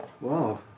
Wow